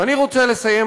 ואני רוצה לסיים,